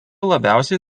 labiausiai